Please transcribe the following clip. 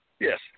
Yes